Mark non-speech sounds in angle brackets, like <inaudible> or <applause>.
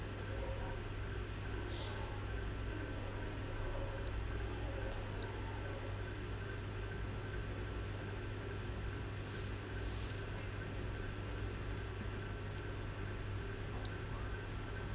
<breath>